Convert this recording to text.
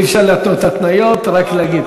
אי-אפשר להתנות התניות, רק להגיד.